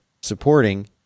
supporting